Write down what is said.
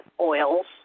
oils